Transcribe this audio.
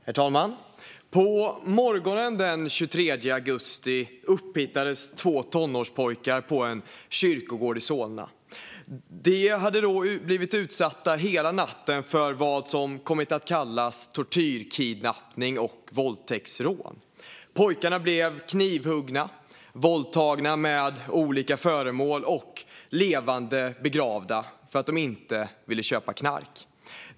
Herr talman! På morgonen den 23 augusti hittades två tonårspojkar på en kyrkogård i Solna. De hade hela natten blivit utsatta för vad som har kommit att kallas tortyrkidnappning och våldtäktsrån. Pojkarna blev knivhuggna, våldtagna med olika föremål och levande begravda för att de inte ville köpa knark.